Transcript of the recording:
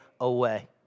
away